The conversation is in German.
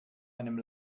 einem